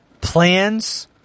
plans